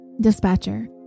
Dispatcher